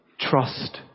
trust